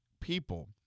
people